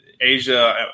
Asia